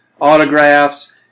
autographs